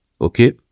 Okay